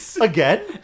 Again